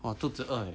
我肚子饿了